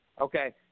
okay